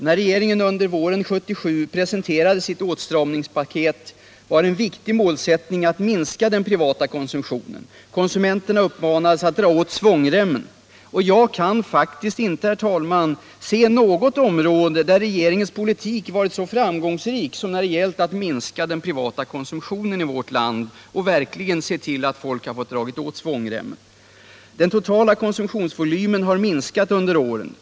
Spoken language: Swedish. När regeringen under våren 1977 presenterade sitt åtstramningspaket var en viktig målsättning att minska den privata konsumtionen. Konsumenterna uppmanades att dra åt svångremmen. Jag kan faktiskt inte se något område där regeringens politik varit så framgångsrik som när det gällt att minska den privata konsumtionen i vårt land —- man har verkligen sett till att folk har fått dra åt svångremmen. Den totala konsumtionsvolymen har minskat under året.